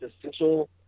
essential